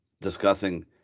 discussing